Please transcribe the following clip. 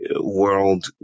world